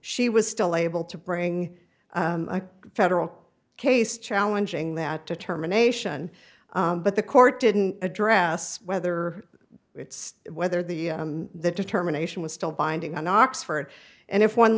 she was still able to bring a federal case challenging that determination but the court didn't address whether it's whether the the determination was still binding on oxford and if one